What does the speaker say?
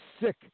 sick